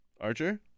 Archer